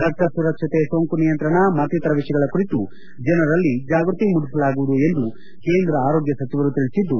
ರಕ್ತ ಸುರಕ್ಷತೆ ಸೋಂಕು ನಿಯಂತ್ರಣ ಮತ್ತಿತರ ವಿಷಯಗಳ ಕುರಿತು ಜನರಲ್ಲಿ ಜಾಗ್ಯತಿ ಮೂಡಿಸಲಾಗುವುದು ಎಂದು ಕೇಂದ್ರ ಆರೋಗ್ನ ಸಚಿವರು ತಿಳಿಸಿದ್ದು